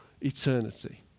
eternity